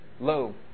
low